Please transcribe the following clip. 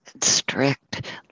strict